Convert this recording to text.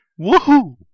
Woohoo